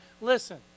Listen